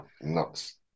nuts